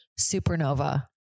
supernova